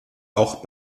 auch